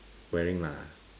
wearing lah